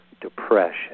depression